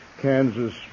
Kansas